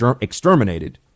exterminated